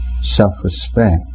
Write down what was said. self-respect